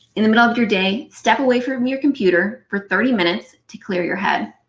in the middle of your day, step away from your computer for thirty minutes to clear your head.